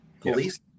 Police